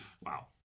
Wow